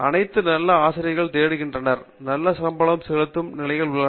அனைத்தும் நல்ல ஆசிரியர்கள் தேடுகின்றனர் நல்ல சம்பளம் செலுத்தும் நிலைகள் உள்ளன